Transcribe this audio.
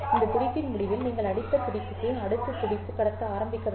இந்த துடிப்பின் முடிவில் நீங்கள் அடுத்த துடிப்புக்கு அடுத்த துடிப்பு கடத்த ஆரம்பிக்க வேண்டும்